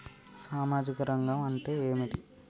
సామాజిక రంగం అంటే ఏమిటి?